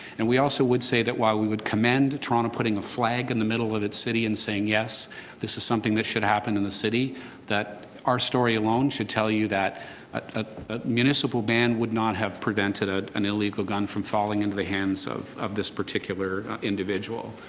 and we would say that while we would commend toronto putting a flag in the middle of its city and saying yes this is something that should happen in the city that our story alone should tell you that ah ah municipal ban would not have prevented ah an illegal gun from falling into the hands of of this particular individual.